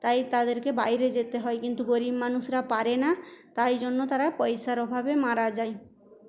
তাই তাদেরকে বাইরে যেতে হয় কিন্তু গরীব মানুষরা পারে না তাই জন্য তারা পয়সার অভাবে মারা যায়